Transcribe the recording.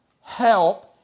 help